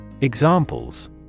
Examples